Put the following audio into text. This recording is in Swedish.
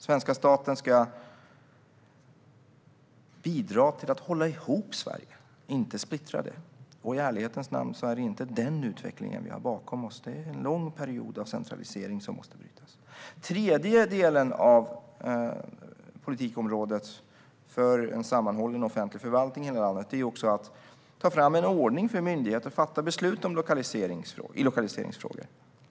Svenska staten ska bidra till att hålla ihop Sverige, inte splittra det. I ärlighetens namn är det inte en sådan utveckling vi har bakom oss. En lång period av centralisering måste brytas. Den tredje delen av politikområdet för en sammanhållen offentlig förvaltning i landet är att ta fram en ordning för myndigheter för hur de ska fatta beslut i lokaliseringsfrågor.